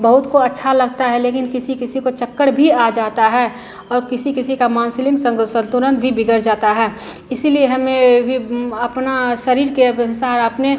बहुत को अच्छा लगता है लेकिन किसी किसी को चक्कर भी आ जाता है और किसी किसी का मानसिक संग संतुलन भी बिगड़ जाता है इसीलिए हमें भी अपने शरीर के अनुसार अपने